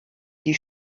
die